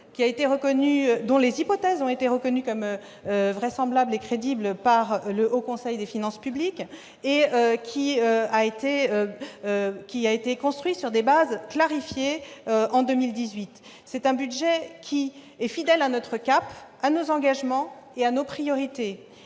dont les hypothèses ont été reconnues comme vraisemblables et crédibles par le Haut Conseil des finances publiques et qui a été construit sur des bases clarifiées en 2018. C'est aussi un budget fidèle à notre cap, à nos engagements et à nos priorités.